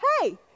Hey